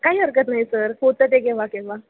काही हरकत नाही सर होतं ते केव्हा केव्हा